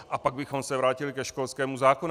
A pak bychom se vrátili ke školskému zákonu.